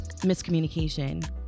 miscommunication